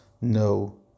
no